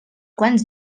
quants